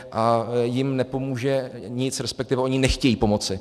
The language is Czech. A jim nepomůže nic, respektive oni nechtějí pomoci.